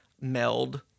meld